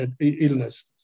illness